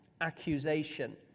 accusation